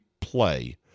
play